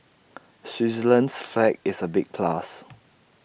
Switzerland's flag is A big plus